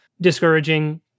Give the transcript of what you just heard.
discouraging